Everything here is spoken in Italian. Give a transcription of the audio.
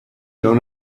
non